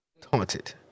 Taunted